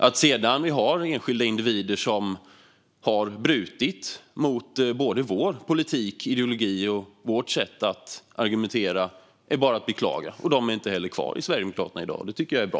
Att vi haft enskilda individer som har brutit mot vår politik, vår ideologi och vårt sätt att argumentera är bara att beklaga. De är heller inte kvar i Sverigedemokraterna i dag, och det tycker jag är bra.